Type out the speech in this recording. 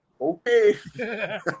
okay